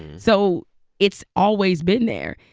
so it's always been there.